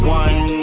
one